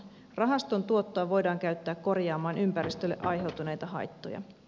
rahaston tuottoa voidaan käyttää korjaamaan ympäristölle aiheutuneita haittoja